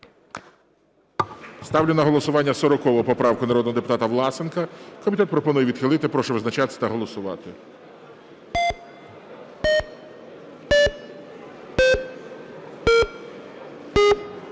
Ставлю на голосування 40 поправку народного депутата Власенка. Комітет пропонує відхилити. Прошу визначатись та голосувати.